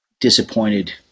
disappointed